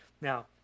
Now